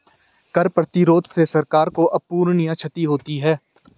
कर प्रतिरोध से सरकार को अपूरणीय क्षति होती है